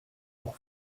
pour